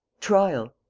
trial.